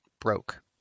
broke